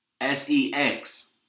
S-E-X